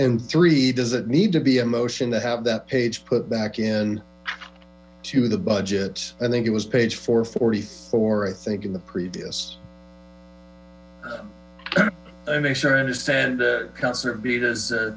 and three does it need to be a motion to have that page put back in to the budget i think it was page for forty four i think in the previous i make sure i understand